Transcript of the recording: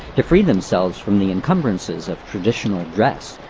to free themselves from the encumbrances of traditional dress,